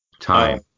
time